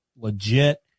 legit